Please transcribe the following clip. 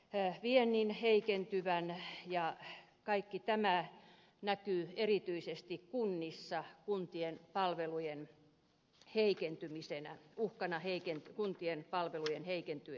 tiedämme viennin heikentyvän ja kaikki tämä näkyy erityisesti kunnissa kuntien palvelujen heikentymisenä uhkana heikin kuntien palvelukseen heikentymisessä